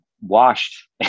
washed